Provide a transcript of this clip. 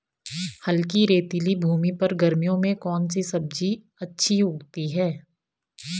हल्की रेतीली भूमि पर गर्मियों में कौन सी सब्जी अच्छी उगती है?